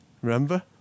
Remember